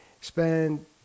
spend